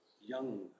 young